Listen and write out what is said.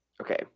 okay